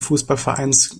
fußballvereins